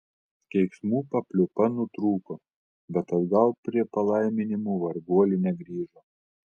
keiksmų papliūpa nutrūko bet atgal prie palaiminimų varguolė negrįžo